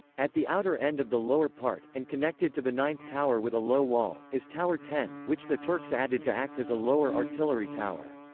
at the outer end of the lower part, and connected to the ninth tower with a low wall, is tower ten, which the turks added to act as a lower artillery tower.